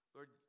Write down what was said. Lord